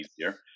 easier